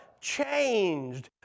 Changed